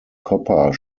copper